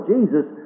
Jesus